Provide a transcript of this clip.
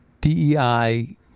DEI